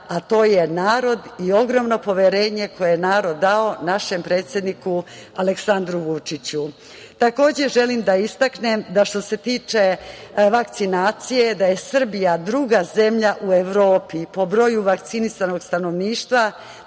a to je narod i ogromno poverenje koje je narod dao našem predsedniku Aleksandru Vučiću. Takođe želim da istaknem što se tiče vakcinacije da je Srbija druga zemlja u Evropi po broju vakcinisanog stanovništva.